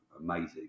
amazing